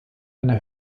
einer